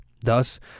Thus